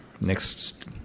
Next